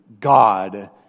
God